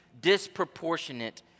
disproportionate